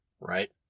Right